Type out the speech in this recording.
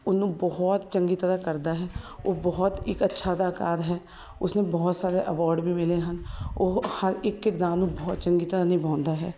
ਉਹਨੂੰ ਬਹੁਤ ਚੰਗੀ ਤਰ੍ਹਾਂ ਕਰਦਾ ਹੈ ਉਹ ਬਹੁਤ ਇੱਕ ਅੱਛਾ ਅਦਾਕਾਰ ਹੈ ਉਸਨੂੰ ਬਹੁਤ ਸਾਰੇ ਅਵਾਰਡ ਵੀ ਮਿਲੇ ਹਨ ਉਹ ਹਰ ਇੱਕ ਕਿਰਦਾਰ ਨੂੰ ਬਹੁਤ ਚੰਗੀ ਤਰ੍ਹਾਂ ਨਿਭਾਉਂਦਾ ਹੈ